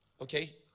Okay